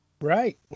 Right